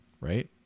right